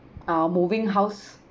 uh moving house